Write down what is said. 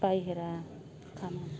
बाहेरा खामानि